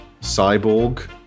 Cyborg